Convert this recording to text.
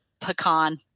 pecan